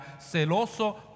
celoso